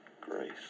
grace